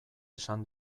esan